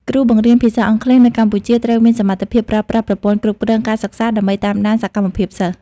គ្រូបង្រៀនភាសាអង់គ្លេសនៅកម្ពុជាត្រូវមានសមត្ថភាពប្រើប្រាស់ប្រព័ន្ធគ្រប់គ្រងការសិក្សា ដើម្បីតាមដានសកម្មភាពសិស្ស។